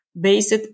based